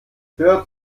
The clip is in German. hört